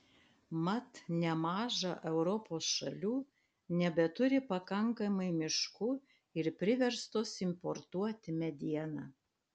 mat nemaža europos šalių nebeturi pakankamai miškų ir priverstos importuoti medieną